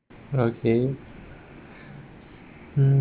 okay mm